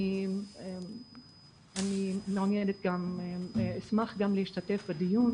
אני מעוניינת ואשמח גם להשתתף בדיון